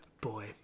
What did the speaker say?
Boy